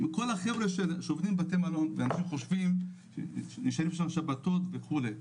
כל החבר'ה שעובדים בבתי המלון וישנים שם בשבתות וכו'